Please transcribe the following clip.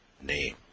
name